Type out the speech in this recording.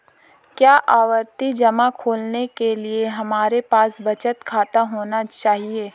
क्या आवर्ती जमा खोलने के लिए हमारे पास बचत खाता होना चाहिए?